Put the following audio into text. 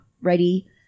ready